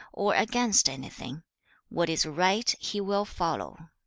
or against anything what is right he will follow